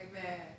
Amen